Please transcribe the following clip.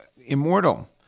immortal